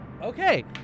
Okay